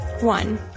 One